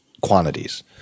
quantities